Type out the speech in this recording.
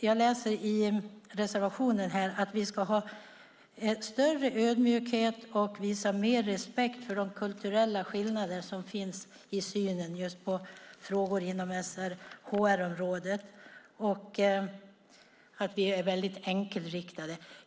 Jag läser i reservationen att vi ska ha större ödmjukhet och visa mer respekt för de kulturella skillnader som finns i synen på frågor inom SRHR-området och att vi är enkelriktade.